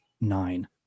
nine